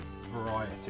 variety